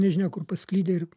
nežinia kur pasklidę ir